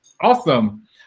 Awesome